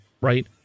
right